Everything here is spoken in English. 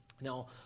now